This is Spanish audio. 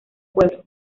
pueblo